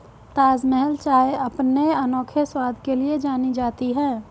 ताजमहल चाय अपने अनोखे स्वाद के लिए जानी जाती है